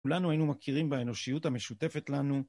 כולנו היינו מכירים באנושיות המשותפת לנו.